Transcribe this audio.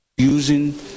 using